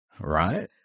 right